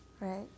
Right